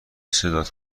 صدات